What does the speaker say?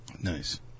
Nice